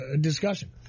discussion